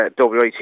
WIT